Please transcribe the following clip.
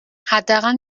حداقل